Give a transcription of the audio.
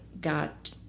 got